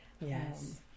yes